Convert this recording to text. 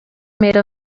made